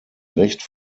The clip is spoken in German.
recht